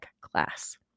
class